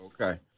Okay